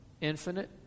infinite